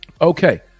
Okay